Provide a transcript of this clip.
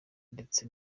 ndetse